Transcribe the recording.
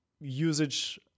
usage